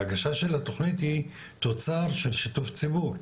ההגשה של התוכנית היא תוצר של שיתוף ציבור,